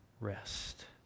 Rest